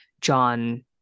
John